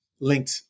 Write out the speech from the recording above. linked